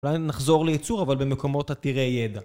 אולי נחזור ליצור אבל במקומות עתירי ידע.